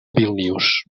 vílnius